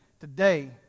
today